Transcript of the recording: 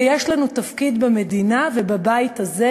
ויש לנו תפקיד במדינה ובבית הזה,